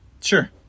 Sure